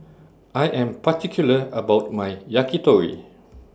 I Am particular about My Yakitori